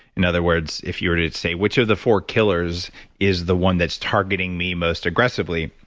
in other words, if you're to say, which of the four killers is the one that's targeting me most aggressively,